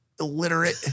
illiterate